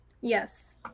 yes